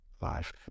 life